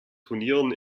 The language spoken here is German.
turnieren